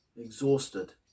exhausted